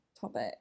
topic